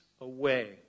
away